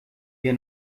wir